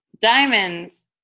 Diamonds